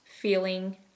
feeling